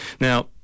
Now